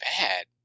bad